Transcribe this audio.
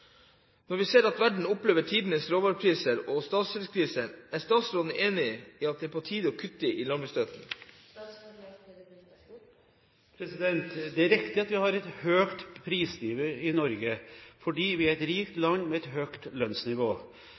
at det er på tide å kutte i landbruksstøtten?» Det er riktig at vi har et høyt prisnivå i Norge, for vi er et rikt land med et høyt lønnsnivå.